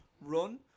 run